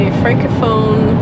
francophone